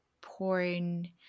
porn